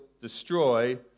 destroy